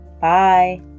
Bye